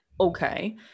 Okay